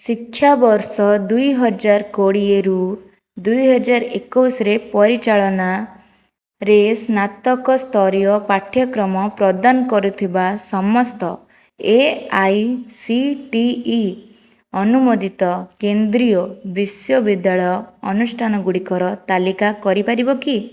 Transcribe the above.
ଶିକ୍ଷାବର୍ଷ ଦୁଇହଜାର କୋଡ଼ିଏରୁ ଦୁଇହଜାର ଏକୋଇଶରେ ପରିଚାଳନାରେ ସ୍ନାତକ ସ୍ତରୀୟ ପାଠ୍ୟକ୍ରମ ପ୍ରଦାନ କରୁଥିବା ସମସ୍ତ A I C T E ଅନୁମୋଦିତ କେନ୍ଦ୍ରୀୟ ବିଶ୍ୱବିଦ୍ୟାଳୟ ଅନୁଷ୍ଠାନ ଗୁଡ଼ିକର ତାଲିକା କରିପାରିବ କି